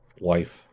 wife